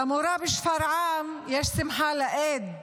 על המורה בשפרעם, יש שמחה לאיד.